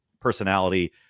personality